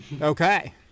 Okay